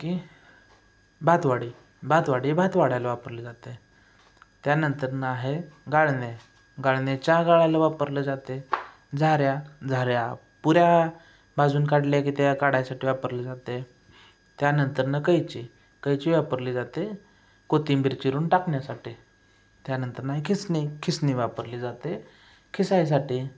की भातवाडी भातवाडी भात वाढायला वापरली जाते त्यानंतर आहे गाळणे गाळणे चहा गाळायला वापरल्या जाते झाऱ्या झाऱ्या पुऱ्या भाजून काढल्या की त्या काढायसाठी वापरली जाते त्यानंतर कैची कैची वापरली जाते कोथिंबीर चिरून टाकण्यासाठी त्यानंतर खिसणी खिसणी वापरली जाते खिसायसाठी